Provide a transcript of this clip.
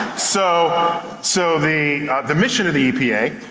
so so the the mission of the epa,